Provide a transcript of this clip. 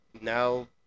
now